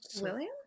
William